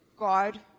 God